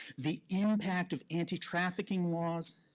the impact of anti-trafficking laws,